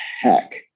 heck